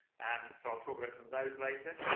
and so i'll talk about some of those later.